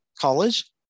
college